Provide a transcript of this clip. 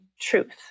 truth